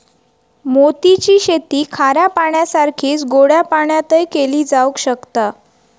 मोती ची शेती खाऱ्या पाण्यासारखीच गोड्या पाण्यातय केली जावक शकता